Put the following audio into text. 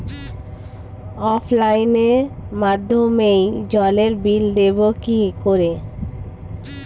অফলাইনে মাধ্যমেই জলের বিল দেবো কি করে?